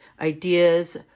ideas